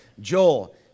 Joel